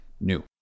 new